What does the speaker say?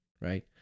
right